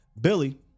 Billy